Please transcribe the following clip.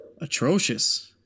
atrocious